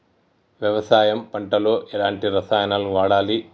వ్యవసాయం పంట లో ఎలాంటి రసాయనాలను వాడాలి?